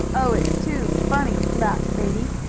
oh, it's too funny! laughed sadie.